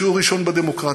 שיעור ראשון בדמוקרטיה,